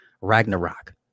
Ragnarok